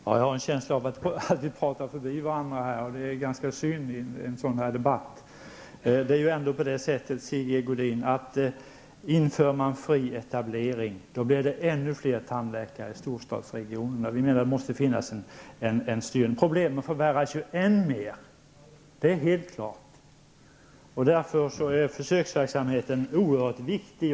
Herr talman! Jag har en känsla av att vi pratar förbi varandra, och det är synd i en sådan här debatt. Det är ändå så, Sigge Godin, att införandet av fri etablering innebär att ännu fler tandläkare etablerar sig i storstadsregionerna. Det måste finnas en styrning, för annars förvärras problemen ännu mer -- det är helt klart. Därför är försöksverksamheten oerhört viktig.